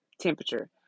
temperature